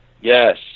Yes